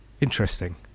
interesting